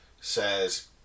says